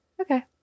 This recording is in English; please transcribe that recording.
Okay